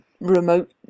remote